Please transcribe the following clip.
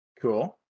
Cool